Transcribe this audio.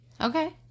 Okay